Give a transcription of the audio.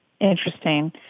Interesting